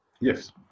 Yes